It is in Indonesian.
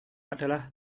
adalah